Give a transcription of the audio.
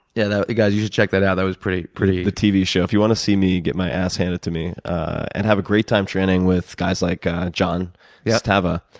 yeah, guys, you should check that out. that was pretty pretty the tv show. if you want to see me get my ass handed to me and have great time training with guys like john yeah stava,